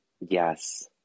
Yes